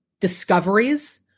discoveries